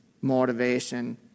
motivation